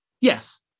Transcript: Yes